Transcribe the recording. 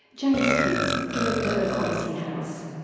james pitts, director of odyssey house.